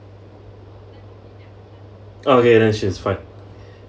oh okay then sure it's fine